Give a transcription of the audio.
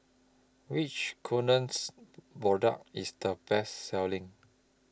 Which Kordel's Product IS The Best Selling